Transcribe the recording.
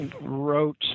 wrote